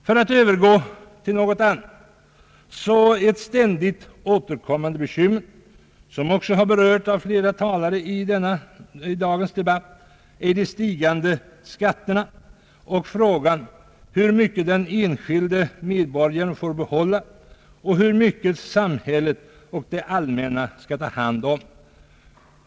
För att övergå till ett annat ämne så är de stigande skatterna ett ständigt återkommande bekymmer, liksom frågan hur mycket den enskilde medborgaren får behålla och hur mycket samhället och det allmänna skall ta hand om.